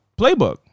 playbook